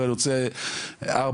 אני נכנס לאוצר ואני אומר שאני רוצה 4